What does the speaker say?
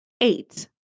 eight